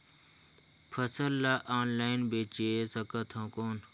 फसल ला ऑनलाइन बेचे सकथव कौन?